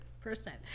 percent